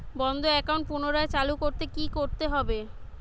বন্ধ একাউন্ট পুনরায় চালু করতে কি করতে হবে?